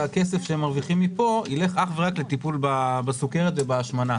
שהכסף שהם מרוויחים מפה ילך אך ורק לטיפול בסוכרת ובהשמנה.